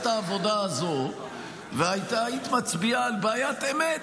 העבודה הזאת והיית מצביעה על בעיית אמת: